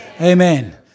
Amen